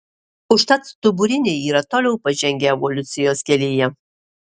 užtat stuburiniai yra toliau pažengę evoliucijos kelyje